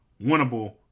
winnable